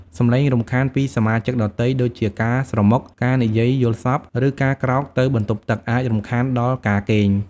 សំឡេងរំខានពីសមាជិកដទៃ ដូចជាការស្រមុក ការនិយាយយល់សប្តិ ឬការក្រោកទៅបន្ទប់ទឹក អាចរំខានដល់ការគេង។